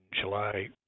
July